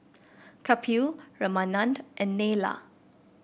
Kapil Ramanand and Neila